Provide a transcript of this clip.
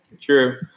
True